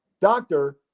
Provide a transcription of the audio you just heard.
doctor